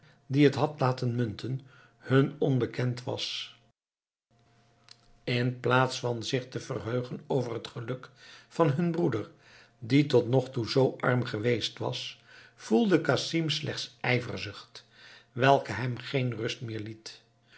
die het had laten munten hun onbekend was in plaats van zich te verheugen over het geluk van hun broeder die tot nog toe zoo arm geweest was voelde casim slechts ijverzucht welke hem geen rust meer liet